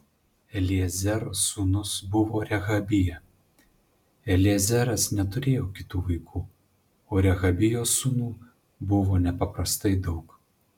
eliezero sūnus buvo rehabija eliezeras neturėjo kitų vaikų o rehabijos sūnų buvo nepaprastai daug